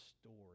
story